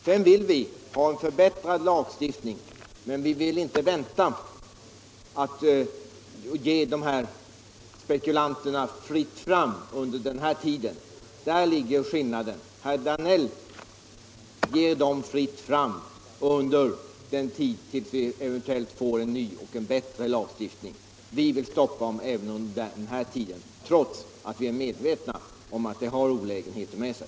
Vi vill ha en förbättrad lagstiftning, men vi vill inte ge spekulanterna fritt fram medan vi väntar på den. Där ligger skillnaden. Herr Danell ger dem fritt fram under tiden till dess vi eventuellt får en ny och bättre lagstiftning. Vi vill stoppa dem även under den tiden trots att vi är medvetna om att det har olägenheter med sig.